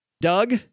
Doug